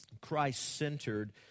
Christ-centered